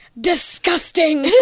disgusting